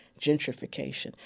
gentrification